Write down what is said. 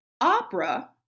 opera